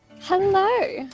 Hello